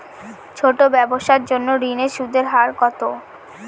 ছোট ব্যবসার জন্য ঋণের সুদের হার কত?